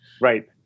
Right